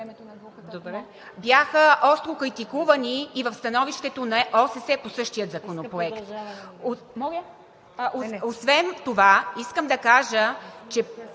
…бяха остро критикувани и в становището на ОСС по същия законопроект. Освен това искам да кажа, че